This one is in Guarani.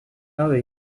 avei